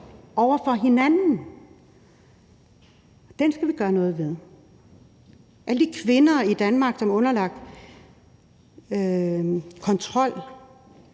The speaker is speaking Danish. over for hinanden, og den skal vi gøre noget ved. Der er alle de kvinder i Danmark, som er underlagt kontrol,